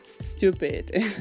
stupid